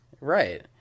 Right